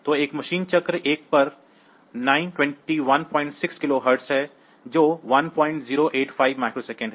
तो एक machine cycle 1 पर 9216 किलो हर्ट्ज है जो 1085 माइक्रो सेकंड है